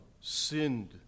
sinned